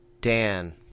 Dan